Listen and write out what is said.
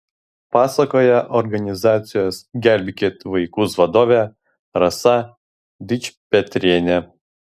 pasakoja organizacijos gelbėkit vaikus vadovė rasa dičpetrienė